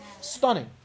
Stunning